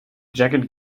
jacket